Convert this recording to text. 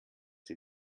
sie